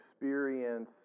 experience